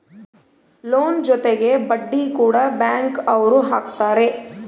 loan ಜೊತೆಗೆ ಬಡ್ಡಿ ಕೂಡ ಬ್ಯಾಂಕ್ ಅವ್ರು ಹಾಕ್ತಾರೆ